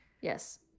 Yes